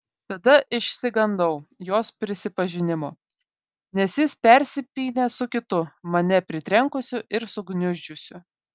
tada išsigandau jos prisipažinimo nes jis persipynė su kitu mane pritrenkusiu ir sugniuždžiusiu